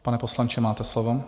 Pane poslanče, máte slovo.